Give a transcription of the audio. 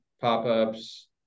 pop-ups